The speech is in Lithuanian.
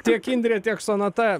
tiek indrė tiek sonata